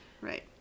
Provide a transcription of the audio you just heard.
Right